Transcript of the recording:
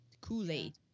Kool-Aid